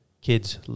kids